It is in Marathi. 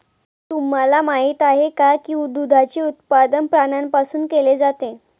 तुम्हाला माहित आहे का की दुधाचे उत्पादन प्राण्यांपासून केले जाते?